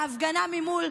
בהפגנה ממול,